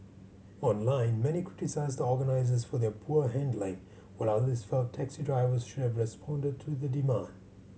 online many criticised the organisers for their poor handling while others felt taxi drivers should have responded to the demand